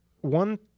one